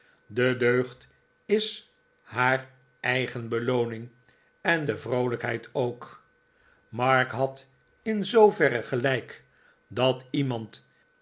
de deugd is haar eigen belooning en de vroolijkheid ook maarten chuzzlewit mark had in zaoverre gelijk dat iemand